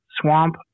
swamp